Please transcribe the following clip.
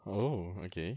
oh okay